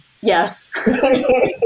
Yes